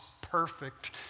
perfect